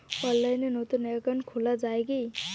অনলাইনে নতুন একাউন্ট খোলা য়ায় কি?